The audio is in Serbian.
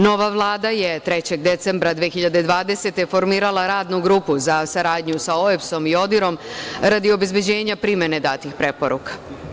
Nova Vlada je 3. decembra 2020. godine formirala Radnu grupu za saradnju sa OEBS-om i ODIR-om radi obezbeđenja primene datih preporuka.